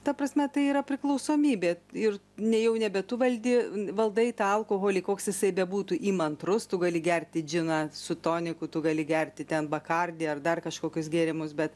ta prasme tai yra priklausomybė ir nejau nebe tu pavaldi valdai tą alkoholį koks jisai bebūtų įmantrus tu gali gerti džiną su toniku tu gali gerti ten bakardi ar dar kažkokius gėrimus bet